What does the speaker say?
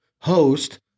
host